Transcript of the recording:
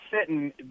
sitting